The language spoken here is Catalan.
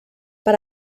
per